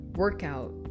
Workout